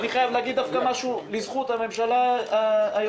אני חייב להגיד דווקא משהו לזכות הממשלה היוצאת.